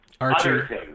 Archer